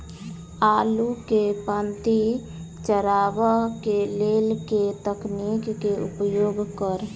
आलु केँ पांति चरावह केँ लेल केँ तकनीक केँ उपयोग करऽ?